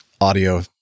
audio